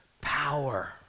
power